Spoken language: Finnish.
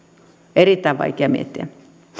erittäin vaikea miettiä